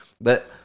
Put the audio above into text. but-